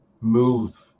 move